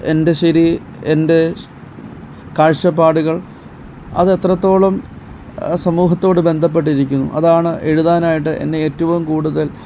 എൻ്റെ ശരി എൻ്റെ കാഴ്ചപ്പാടുകൾ അത് എത്രത്തോളം സമൂഹത്തോട് ബന്ധപ്പെട്ടിരിക്കും അതാണ് എഴുതാനായിട്ട് എന്നെ ഏറ്റവും കൂടുതൽ